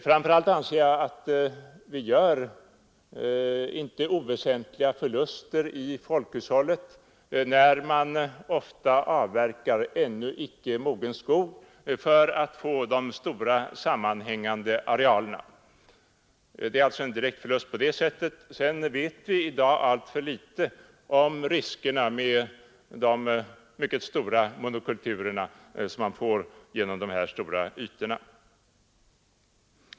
Framför allt anser jag att vi gör inte oväsentliga förluster i folkhushållet genom att avverka ännu icke mogen skog för att få de stora sammanhängande arealerna. För övrigt vet vi i dag alltför litet om riskerna med de mycket stora monokulturer som man får genom de här stora ytorna.